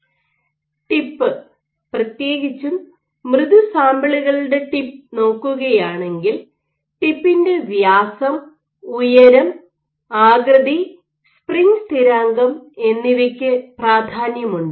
tip പ്രത്യേകിച്ചും മൃദു സാമ്പിളുകളുടെ ടിപ്പ് നോക്കുകയാണെങ്കിൽ ടിപ്പിന്റെ വ്യാസം ഉയരം ആകൃതി സ്പ്രിംഗ് സ്ഥിരാങ്കം എന്നിവയ്ക്ക് പ്രാധാന്യമുണ്ട്